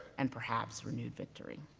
and perhaps, renewed victory.